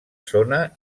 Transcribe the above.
zona